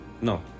no